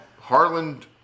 Harland